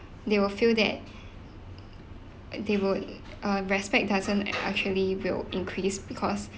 they will feel that uh they would uh respect doesn't ac~ actually will increase because